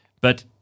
but-